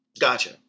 Gotcha